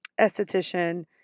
esthetician